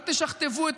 אל תשכתבו,